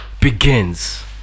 begins